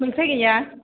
मैफ्राय गैया